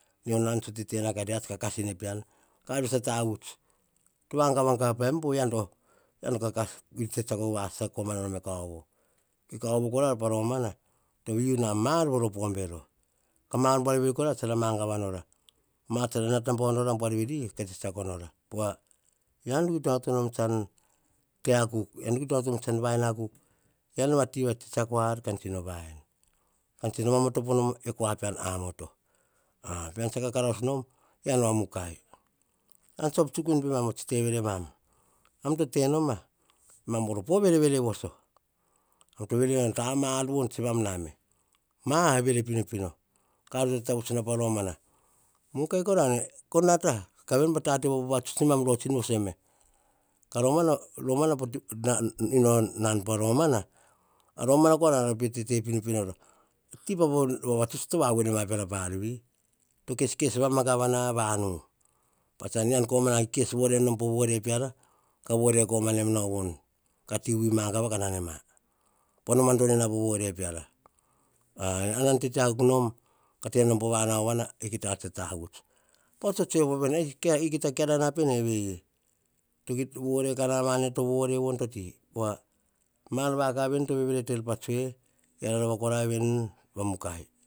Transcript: Mio nan tso tete na ka kase ne pean, ka ar via tsa tavuts, pe gava gavaim po yian to tse tsia ko va sataim pe kauvo. E kauvo kora pa romana to yiu na mar voro po bero. Ka mar buar veri kora tsara mangava nora mar tsara nata nora buar veri ka tse tsiako nora. Pova yian to kita nata nom tsan te akuk. Kita nata nom tsan vaen akuk. Yian a ti va tsiako ar, tsino aven. Ka tsino mamatopo nom e kua pean a moto. Tsan kakarous nom. Yian va mukai. Yian tsa op tsuk nom penam, te veremam, mam to te no ma, emam voro vere vere voso. Mar von tse mam tse mam name, va vere vere pino pino ka ar ta tavuts na pa romana. Mukai ko rane ko nata, ka ven po ta te po va vatsuts, nemam rotsin vo suem me. Pa romana nan pa romana. A romana kora nara pe vatet pino pino nora. Ti po va vavatuts pa to vavui pane pe ar vi, to keskes mangava na vanu. Pats eyian komana kes vore nom po vore piara, ka vore komana von, ka ti vi mangava ka na ne ma. Pa no mandono na po vore peara. Eyian tsa tete akuk nom ka te nom pa nauvana kita ar tsa tavuts pats tsa tsue na veni kita kerea na pene veni, vore kan na pene po vore pa ar vati. Po wa mar va kav veni to vereter pa tsue eyian ra kora veni voro mukai